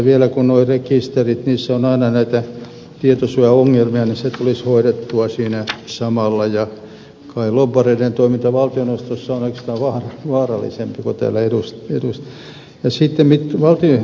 vielä kun noissa rekistereissä on aina näitä tietosuojaongelmia se tulisi hoidettua siinä samalla ja kai lobbareiden toiminta valtioneuvostossa on oikeastaan vaarallisempaa kuin täällä eduskunnassa